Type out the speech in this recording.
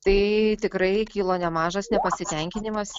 tai tikrai kilo nemažas nepasitenkinimas